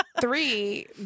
three